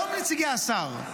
לא נציגי השר,